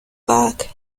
back